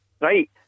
right